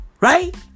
Right